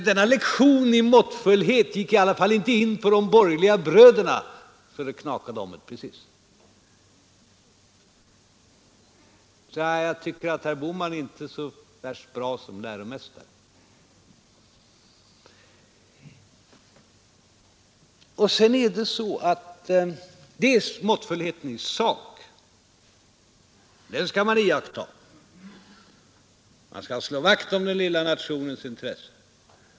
Denna lektion i måttfullhet gick i alla fall inte hem hos de borgerliga bröderna så det knakade om det precis. Jag tycker därför inte att herr Bohman är så värst bra som läromästare. Måttfullhet i sak skall man iaktta. Man skall slå vakt om den lilla nationens intressen.